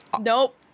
Nope